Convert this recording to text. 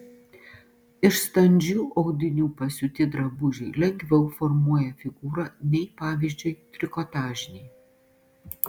iš standžių audinių pasiūti drabužiai lengviau formuoja figūrą nei pavyzdžiui trikotažiniai